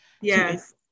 Yes